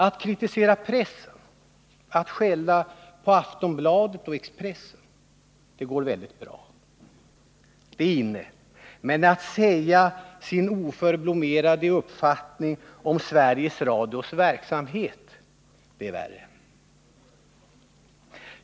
Att kritisera tidningarna, att skälla på Aftonbladet och Expressen, går väldigt bra — det är inne — men att framföra sin oförblommerade uppfattning om Sveriges Radios verksamhet är värre.